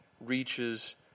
reaches